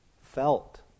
felt